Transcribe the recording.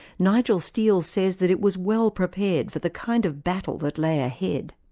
nigel steel says that it was well prepared for the kind of battle that lay ahead.